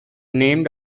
named